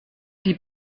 die